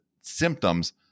symptoms